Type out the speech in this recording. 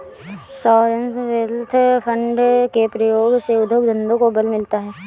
sovereign wealth fund के प्रयोग से उद्योग धंधों को बल मिलता है